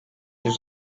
yüz